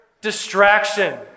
distraction